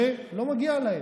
שלא מגיע להם.